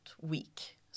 week